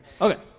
Okay